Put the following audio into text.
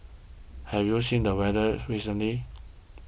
have you seen the weather recently